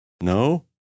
no